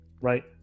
right